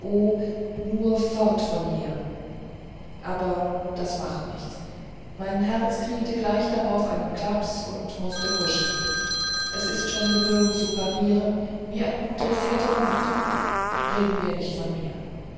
nur fort von hier aber das macht nichts mein herz kriegte gleich darauf einen klaps und mußte kuschen es ist schon gewöhnt zu parieren wie ein gut dressierter hund reden wir nicht von mir